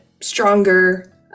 stronger